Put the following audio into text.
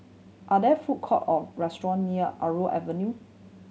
are there food court or restaurant near Avenue